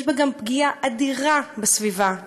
יש בה גם פגיעה אדירה בסביבה: